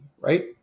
right